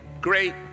great